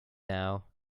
now